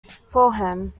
fulham